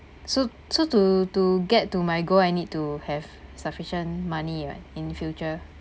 so so to to get to my goal I need to have sufficient money [what] in future